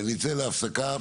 ונצא להפסקה.